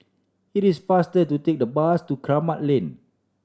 it is faster to take the bus to Kramat Lane